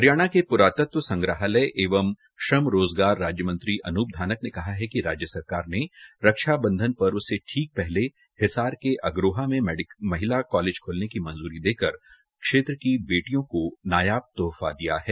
हरियाणा के पुरातत्व संग्रहालय एवं श्रम रोजगार राज्य मंत्री अनूप धानक ने कहा है कि राज्य सरकार ने रक्षा बंधन पर्व से ठीक पहले हिसार के अग्रोहा में महिला कालेज खोलने की मंजूरी देकर क्षेत्र की बेटियों को नायाब तोहफा दिया है